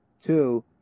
Two